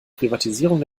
privatisierung